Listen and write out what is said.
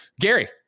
Gary